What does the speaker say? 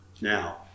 Now